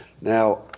Now